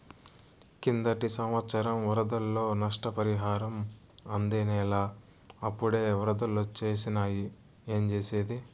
కిందటి సంవత్సరం వరదల్లో నష్టపరిహారం అందనేలా, అప్పుడే ఒరదలొచ్చేసినాయి ఏంజేసేది